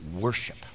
worship